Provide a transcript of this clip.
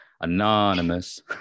anonymous